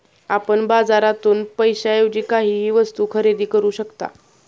आपण बाजारातून पैशाएवजी काहीही वस्तु खरेदी करू शकता